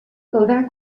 caldrà